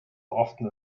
often